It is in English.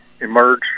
emerge